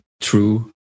true